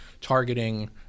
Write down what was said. targeting